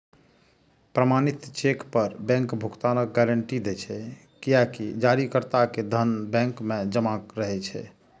प्रमाणित चेक पर बैंक भुगतानक गारंटी दै छै, कियैकि जारीकर्ता के धन बैंक मे जमा रहै छै